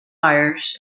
meyers